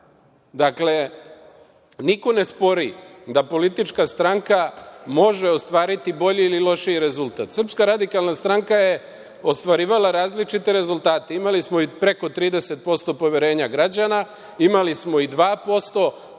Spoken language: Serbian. vlast. Niko ne spori da politička stranka može ostvariti bolji ili lošiji rezultat. Srpska radikalna stranka je ostvarivala različite rezultate. Imali smo i preko 30% poverenja građana, imali smo i 2%,